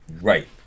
Right